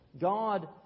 God